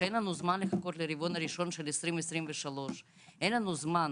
שאין לנו זמן לחכות לרבעון הראשון של 2023. אין לנו זמן.